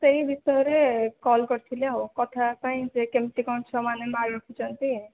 ସେହି ବିଷୟରେ କଲ୍ କରିଥିଲି ଆଉ କଥା ହେବା ପାଇଁ ଯେ କେମିତି କ'ଣ ଛୁଆମାନେ ମାର୍କ୍ ରଖିଛନ୍ତି